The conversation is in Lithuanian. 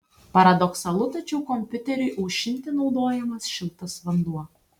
paradoksalu tačiau kompiuteriui aušinti naudojamas šiltas vanduo